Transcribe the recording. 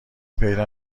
پیدا